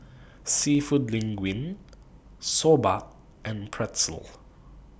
Seafood Linguine Soba and Pretzel